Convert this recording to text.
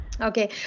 Okay